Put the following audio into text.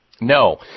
No